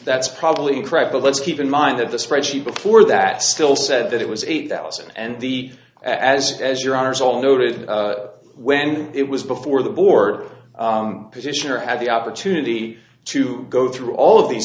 that's probably correct but let's keep in mind that the spreadsheet before that still said that it was eight thousand and the as as your honour's all noted when it was before the board position or had the opportunity to go through all of these